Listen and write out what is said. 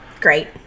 Great